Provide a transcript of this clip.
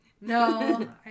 No